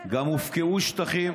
2. גם הופקעו שטחים,